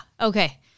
Okay